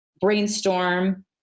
brainstorm